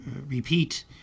repeat